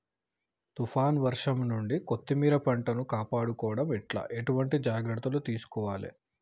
తుఫాన్ వర్షం నుండి కొత్తిమీర పంటను కాపాడుకోవడం ఎట్ల ఎటువంటి జాగ్రత్తలు తీసుకోవాలే?